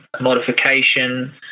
modification